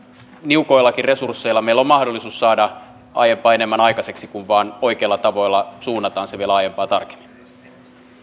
niukoillakin resursseilla meillä on mahdollisuus saada aiempaa enemmän aikaiseksi kun vain oikeilla tavoilla suunnataan se vielä aiempaa tarkemmin